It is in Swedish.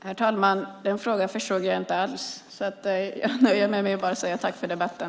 Herr talman! Den frågan förstod jag inte alls, så jag nöjer mig med att säga tack för debatten!